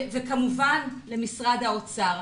וכמובן למשרד האוצר.